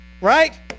Right